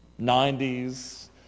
90s